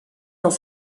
dans